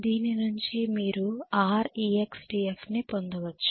దీని నుండి మీరు Rextf ని పొందవచ్చు